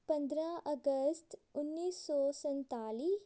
ਪੰਦਰਾਂ ਅਗਸਤ ਉੱਨੀ ਸੌ ਸੰਨਤਾਲੀ